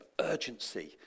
urgency